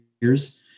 years